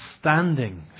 Standing